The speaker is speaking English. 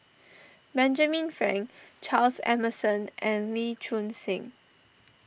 Benjamin Frank Charles Emmerson and Lee Choon Seng